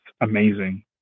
amazing